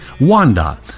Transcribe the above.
WANDA